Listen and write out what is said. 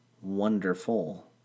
wonderful